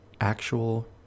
actual